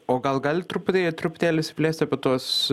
o gal galit truputį truputėlį išsiplėsti apie tuos